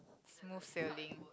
smooth sailing